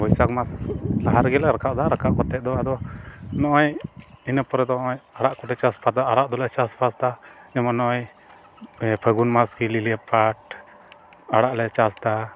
ᱵᱳᱭᱥᱟᱠᱷ ᱢᱟᱥ ᱞᱟᱦᱟ ᱨᱮᱜᱮᱞᱮ ᱨᱟᱠᱟᱵᱫᱟ ᱨᱟᱠᱟᱵ ᱠᱟᱛᱮᱫ ᱫᱚ ᱟᱫᱚ ᱱᱚᱜᱼᱚᱭ ᱤᱱᱟᱹ ᱯᱚᱨᱮᱫᱚ ᱦᱚᱜᱼᱚᱭ ᱟᱲᱟᱜ ᱠᱚᱞᱮ ᱪᱟᱥ ᱟᱠᱟᱫᱟ ᱟᱲᱟᱜ ᱫᱚᱞᱮ ᱪᱟᱥᱼᱵᱟᱥᱫᱟ ᱡᱮᱢᱚᱱ ᱱᱚᱜᱼᱚᱭ ᱯᱷᱟᱹᱜᱩᱱ ᱢᱟᱥ ᱦᱤᱞᱦᱤᱞᱭᱟᱹ ᱯᱟᱴ ᱟᱲᱟᱜᱞᱮ ᱪᱟᱥᱫᱟ